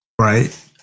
Right